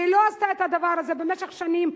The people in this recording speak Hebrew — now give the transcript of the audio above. והיא לא עשתה את הדבר הזה במשך שנים.